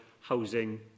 housing